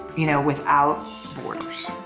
you know, without borders.